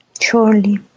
Surely